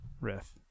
Riff